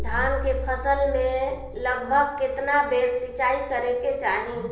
धान के फसल मे लगभग केतना बेर सिचाई करे के चाही?